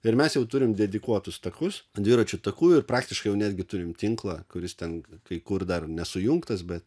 ir mes jau turim dedikuotus takus dviračių takų ir praktiškai netgi turim tinklą kuris ten kai kur dar nesujungtas bet